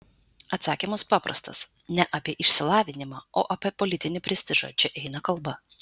atsakymas paprastas ne apie išsilavinimą o apie politinį prestižą čia eina kalba